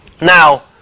Now